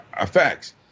effects